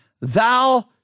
Thou